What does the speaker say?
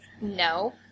No